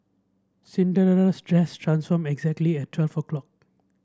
Cinderella's dress transformed exactly at twelve o'clock